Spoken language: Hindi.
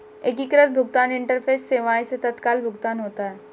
एकीकृत भुगतान इंटरफेस सेवाएं से तत्काल भुगतान होता है